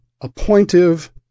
appointive